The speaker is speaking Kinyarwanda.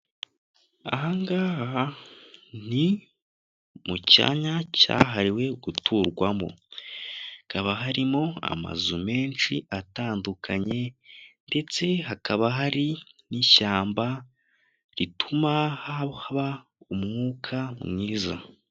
Ahangaha ni mu cyanya cyahariwe guturwamo. Hakaba harimo amazu menshi atandukanye ndetse hakaba hari n'ishyamba rituma haba umwuka mwiza.